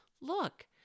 look